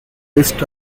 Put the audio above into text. list